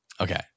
Okay